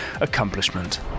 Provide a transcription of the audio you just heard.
accomplishment